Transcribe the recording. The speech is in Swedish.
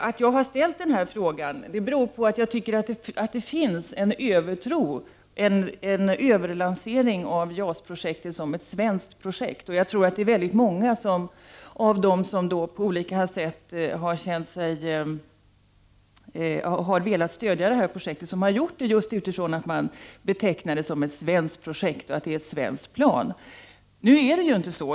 Att jag har ställt den här interpellationen beror på att jag tycker att det finns en överlansering av JAS-projektet som ett svenskt projekt. Jag tror att många av dem som på olika sätt har velat stödja det här projektet har gjort det just utifrån den utgångspunkten att det betecknas som ett svenskt projekt, ett svenskt plan. Nu är det inte så.